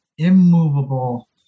immovable